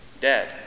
dead